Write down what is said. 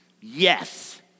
Yes